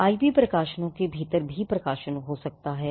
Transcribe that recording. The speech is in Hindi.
आईपी प्रकाशनों के भीतर भी हो सकता है